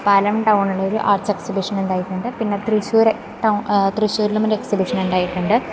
ഒറ്റപ്പാലം ടൗണിലൊരു arts exhibition ഉണ്ടായിട്ടുണ്ട് പിന്നെ തൃശ്ശൂര് ടൗൺ തൃശ്ശൂരിലും ഒര് എക്സിബിഷന് ഉണ്ടായിട്ടുണ്ട്